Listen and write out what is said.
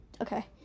okay